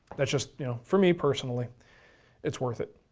that's just you know for me personally it's worth it.